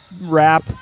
rap